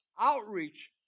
outreach